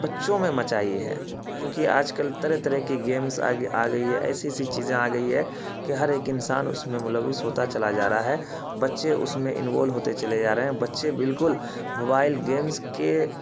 بچوں میں مچائی ہے کیونکہ آج کل طرح طرح کی گیمس آگے آ گئی ہیں ایسی ایسی چیزیں آ گئی ہیں کہ ہر ایک انسان اس میں ملوث ہوتا چلا جا رہا ہے بچے اس میں انوولو ہوتے چلے جا رہے ہیں بچے بالکل موبائل گیمس کے